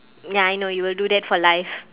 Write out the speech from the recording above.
ya I know you will do that for life